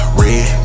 red